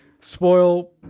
spoil